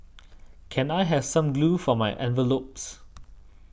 can I have some glue for my envelopes